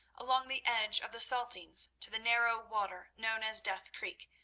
along the edge of the saltings to the narrow water known as death creek,